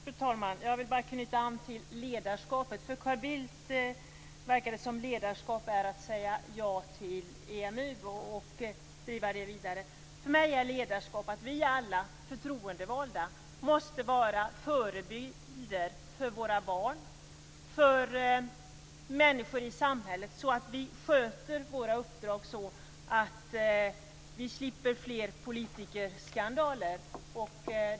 Fru talman! Jag vill knyta an till frågan om ledarskapet. För Carl Bildt verkar det som om ledarskap är att säga ja till EMU. För mig är ledarskap att alla vi förtroendevalda måste vara förebilder för våra barn, för människor i samhället. Vi skall sköta våra uppdrag så att det inte blir fler politikerskandaler.